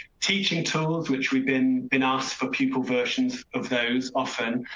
teaching tools which we've been been asked for? people versions of those often,